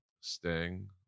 Sting